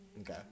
okay